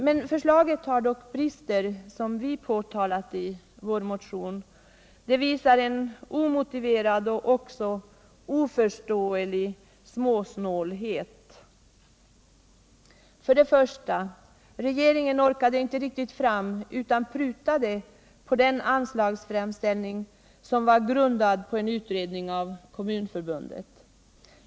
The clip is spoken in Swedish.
Men förslaget har dock brister som vi påtalat i vår motion. Det visar en omotiverad och också oförståelig småsnålhet. För det första orkade regeringen inte riktigt fram utan prutade på den anslagsframställning som var grundad på en utredning av Kommunförbundet.